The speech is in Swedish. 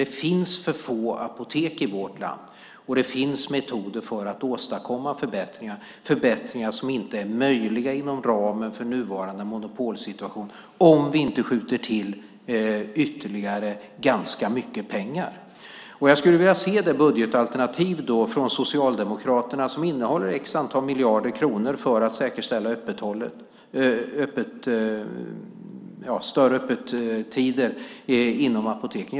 Det finns för få apotek i vårt land, och det finns metoder för att åstadkomma förbättringar - förbättringar som inte är möjliga inom ramen för nuvarande monopolsituation om vi inte skjuter till ytterligare ganska mycket pengar. Jag skulle vilja se det budgetalternativ från Socialdemokraterna som innehåller ett visst antal miljarder kronor för att säkerställa utökade öppettider på apoteken.